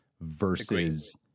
versus